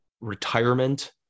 retirement